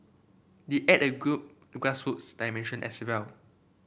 they add a grass roots dimension as well